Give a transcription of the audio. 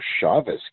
chavez